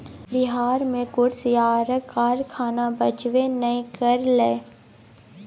बिहार मे कुसियारक कारखाना बचबे नै करलै